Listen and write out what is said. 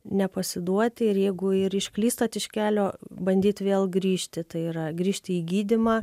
nepasiduoti ir jeigu ir išklystat iš kelio bandyt vėl grįžti tai yra grįžti į gydymą